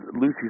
Lucy